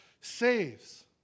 saves